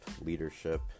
leadership